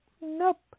Nope